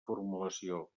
formulació